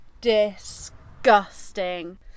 disgusting